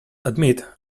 admit